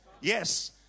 Yes